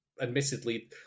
admittedly